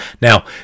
Now